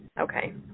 Okay